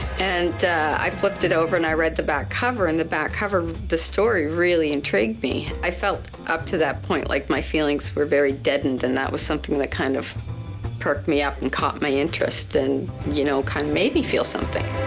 and i flipped it over and i read the back cover and the back cover of the story really intrigued me. i felt up to that point like my feelings were very deadened and that was something that kind of perked me up and caught my interest and you know kind of made me feel something.